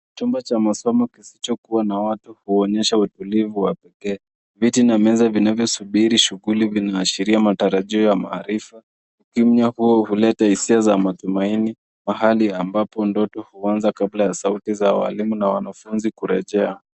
Chumba cha masomo kisichokuwa na watu huonyesha utulivu wa kipekee. Viti na meza vinavyosubiri shuguli vinaashiria matarajio ya maarifa kimya hapa huletea hisia za matumaini mahali ambapo ndoto huanza kabla ya sauti za walimu na wanafunzi kurejea.